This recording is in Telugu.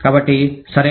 కాబట్టి సరే